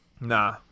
Nah